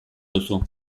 duzu